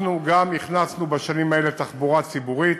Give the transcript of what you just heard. אנחנו גם הכנסנו בשנים האלה תחבורה ציבורית